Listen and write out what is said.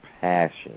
passion